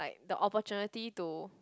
the opportunity to